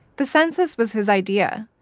the census was his idea,